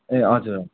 ए हजुर हजुर